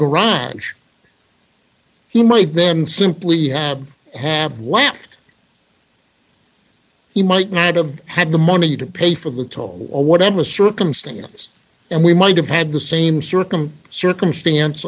garage he might then simply have have wham he might not have had the money to pay for the toll or whatever circumstances and we might have had the same circum circumstance